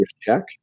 check